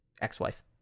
ex-wife